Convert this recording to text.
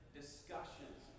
discussions